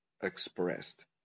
expressed